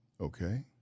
Okay